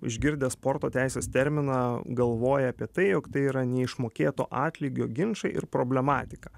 išgirdęs sporto teisės terminą galvoja apie tai jog tai yra neišmokėto atlygio ginčai ir problematika